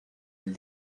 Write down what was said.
del